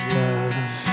love